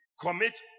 commit